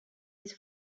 his